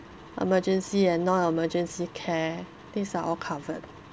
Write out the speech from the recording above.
emergency and non-emergency care these are all covered